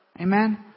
Amen